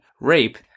rape